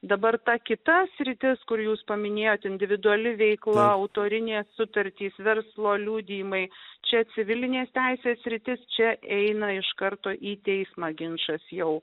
dabar ta kita sritis kur jūs paminėjote individuali veikla autorinės sutartys verslo liudijimai čia civilinės teisės sritis čia eina iš karto į teismą ginčas jau